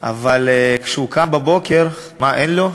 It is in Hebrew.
אבל כשהוא קם בבוקר, מה אין לו?